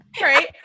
Right